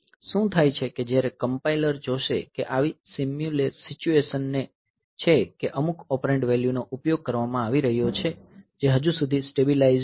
શું થાય છે કે જ્યારે કમ્પાઈલર જોશે કે આવી સિચ્યુએશન છે કે અમુક ઓપરેન્ડ વેલ્યુનો ઉપયોગ કરવામાં આવી રહ્યો છે જે હજુ સુધી સ્ટેબીલાઈઝડ નથી